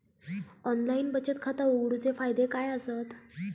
Online बचत खाता उघडूचे फायदे काय आसत?